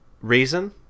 reason